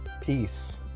Peace